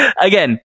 again